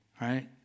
right